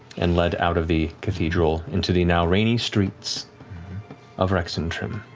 and led out of the cathedral into the now rainy streets of rexxentrum.